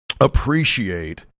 appreciate